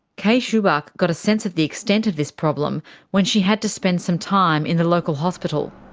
kay schubach got a sense of the extent of this problem when she had to spend some time in the local hospital.